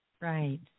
right